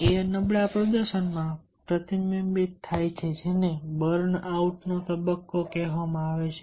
એ નબળા પ્રદર્શનમાં પ્રતિબિંબિત થાય છે જેને બર્ન આઉટ નો તબક્કો કહેવામાં આવે છે